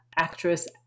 actress